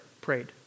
prayed